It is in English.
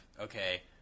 okay